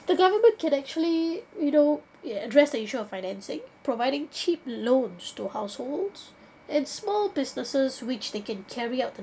the government can actually you know address the issue of financing providing cheap loans to households and small businesses which they can carry out the